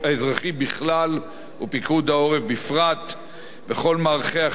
בכלל ופיקוד העורף בפרט בכל מערכי החירום,